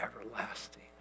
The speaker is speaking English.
everlasting